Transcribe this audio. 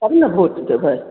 तब ने भोट देबै